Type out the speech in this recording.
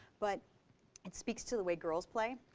but it speaks to the way girls play,